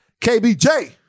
KBJ